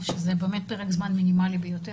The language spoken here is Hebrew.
שזה פרק זמן מינימלי ביותר,